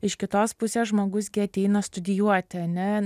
iš kitos pusės žmogus gi ateina studijuoti ane